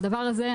והדבר הזה,